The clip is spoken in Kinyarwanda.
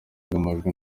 bw’amajwi